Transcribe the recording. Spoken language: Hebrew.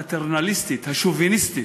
הפטרנליסטית, השוביניסטית,